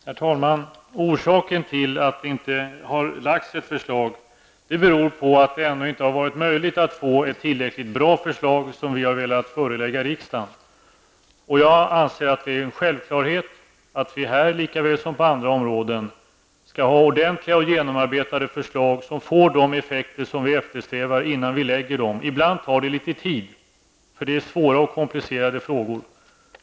Herr talman! Orsaken till att det inte har lagts fram något förslag är att det ännu inte har varit möjligt att få fram ett tillräckligt bra förslag som vi skulle vilja förelägga riksdagen. Jag anser att det är en självklarhet att vi här likaväl som på andra områden skall ha ordentliga och genomarbetade förslag som får de effekter som vi eftersträvar. Ibland tar det litet tid att få fram sådana förslag, eftersom det rör sig om svåra och komplicerade frågor.